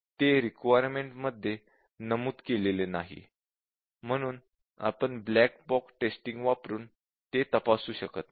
ते रिक्वायरमेंट मध्ये नमूद केलेले नाही म्हणून आपण ब्लॅक बॉक्स टेस्टिंग वापरून ते तपासू शकत नाही